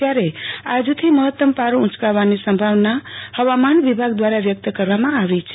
ત્યારે આજથી મહત્તમ પારો ઉંચકાવાની સંભાવના હવામાન વિભાગ દ્રારા વ્યક્ત કરવામાં આવી છે